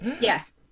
Yes